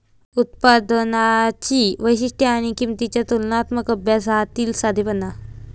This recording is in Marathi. उत्पादनांची वैशिष्ट्ये आणि किंमतींच्या तुलनात्मक अभ्यासातील साधेपणा